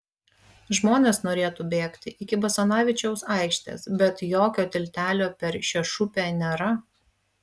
žmonės norėtų bėgti iki basanavičiaus aikštės bet jokio tiltelio per šešupę nėra